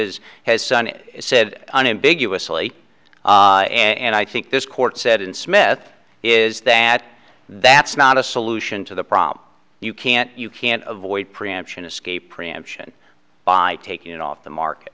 is has sunit said unambiguous really and i think this court said in smith is that that's not a solution to the problem you can't you can't avoid preemption escape preemption by taking it off the mark